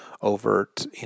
overt